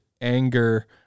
anger